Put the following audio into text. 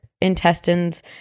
intestines